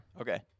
Okay